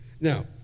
Now